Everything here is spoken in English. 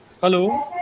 hello